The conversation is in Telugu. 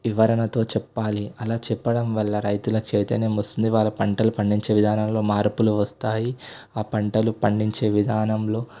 వివరణతో చెప్పాలి అలా చెప్పటం వల్ల రైతుల చైతన్యం వస్తుంది వాళ్ళు పంటని పండించే విధానంలో మార్పులు వస్తాయి ఆ పంటలు పండించే విధానంలో